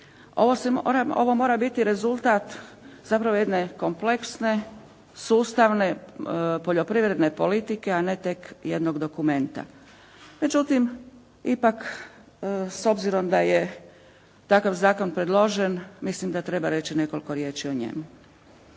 Ovo mora biti rezultat zapravo jedne kompleksne sustavne poljoprivredne politike a ne tek jednog dokumenta. Međutim, ipak s obzirom da je takav zakon predložen mislim da treba reći nekoliko riječi o njemu.